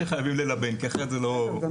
שחייבים ללבן כי אחרת זה לא מסתדר.